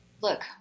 Look